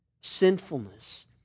sinfulness